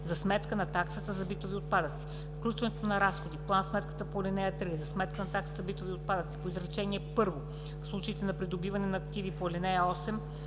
за сметка на таксата за битови отпадъци. Включването на разходи в план-сметката по ал. 3 за сметка на таксата за битови отпадъци по изречение първо в случаите на придобиване на активи по ал. 8